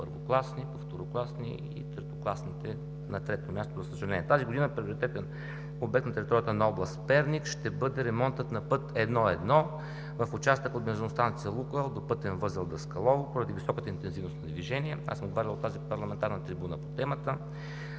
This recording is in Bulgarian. първокласни, по второкласни и третокласните, на трето място, за съжаление. Тази година приоритетен обект на територията на област Перник ще бъде ремонтът на път I-1, в участъка от бензиностанция „Лукойл“ до пътен възел Даскалово, поради високата интензивност на движение. Аз съм говорил от тази парламентарна трибуна по темата,